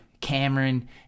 Cameron